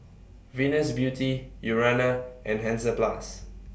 Venus Beauty Urana and Hansaplast